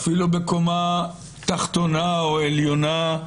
אפילו בקומה תחתונה או עליונה.